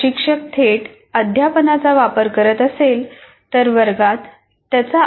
जर शिक्षक थेट अध्यापनाचा वापर करत असेल तर वर्गात त्याचा अभ्यास केला जाऊ शकतो